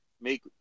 Make